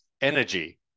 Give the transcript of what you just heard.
energy